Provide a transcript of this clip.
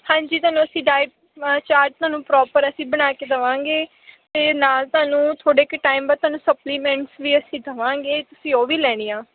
ਹਾਂਜੀ ਤੁਹਾਨੂੰ ਅਸੀਂ ਡਾਇਟ ਚਾਰਟ ਤੁਹਾਨੂੰ ਪ੍ਰੋਪਰ ਅਸੀਂ ਬਣਾ ਕੇ ਦੇਵਾਂਗੇ ਅਤੇ ਨਾਲ ਤੁਹਾਨੂੰ ਥੋੜ੍ਹੇ ਕੁ ਟਾਈਮ ਬਾਅਦ ਤੁਹਾਨੂੰ ਸਪਲੀਮੈਂਟਸ ਵੀ ਅਸੀਂ ਦੇਵਾਂਗੇ ਤੁਸੀਂ ਉਹ ਵੀ ਲੈਣੀ ਆ